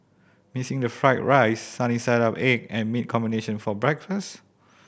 missing the fried rice sunny side up egg and meat combination for breakfast